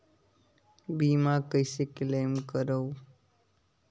बीमा क्लेम कइसे करों?